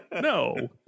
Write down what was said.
No